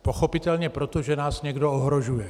Pochopitelně proto, že nás někdo ohrožuje.